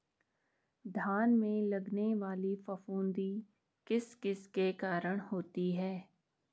धान में लगने वाली फफूंदी किस किस के कारण होती है?